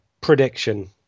Prediction